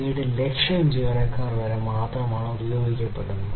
37 ലക്ഷം ജീവനക്കാർ വരെ ഉപയോഗിക്കുന്നു